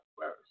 first